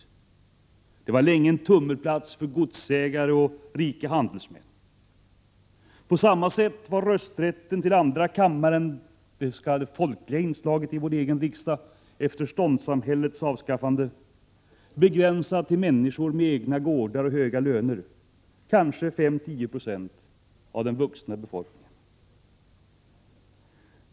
Detta var länge en tummelplats för godsägare och rika handelsmän. På samma sätt var rösträtten till andra kammaren, det s.k. folkliga inslaget i vår egen riksdag efter ståndssamhällets avskaffande, begränsat till människor med egna gårdar och höga löner, kanske 5—10 926 av den vuxna befolkningen.